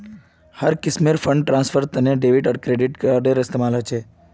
हर किस्मेर फंड ट्रांस्फरेर तने डेबिट आर क्रेडिट कार्डेर इस्तेमाल ह छे